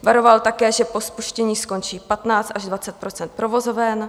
Varoval také, že po spuštění skončí 1520 % provozoven.